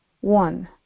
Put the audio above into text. one